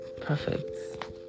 perfect